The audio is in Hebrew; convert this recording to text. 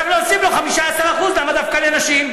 צריך להוסיף לו 15%. למה דווקא לנשים?